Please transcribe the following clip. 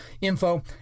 info